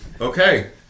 Okay